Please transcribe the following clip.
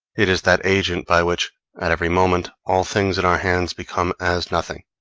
it is that agent by which at every moment all things in our hands become as nothing,